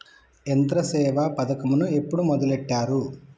యంత్రసేవ పథకమును ఎప్పుడు మొదలెట్టారు?